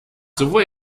sowohl